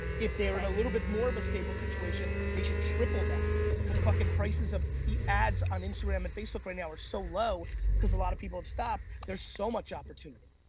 if they are in a little bit more of a stable situation, they should triple down cause fucking prices of yeah ads on instagram and facebook right now are so low cause a lot of people have stopped. there's so much opportunity.